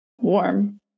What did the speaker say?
Warm